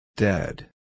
Dead